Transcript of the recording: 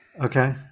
Okay